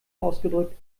ausgedrückt